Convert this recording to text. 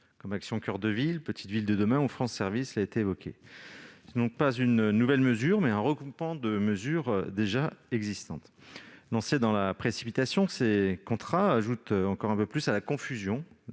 comme Action coeur de ville, Petites villes de demain ou France Services. Ce n'est donc pas une nouvelle mesure, mais un regroupement de mesures existantes. Lancés dans la précipitation, ces contrats ajoutent encore un peu plus à la confusion